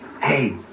Hey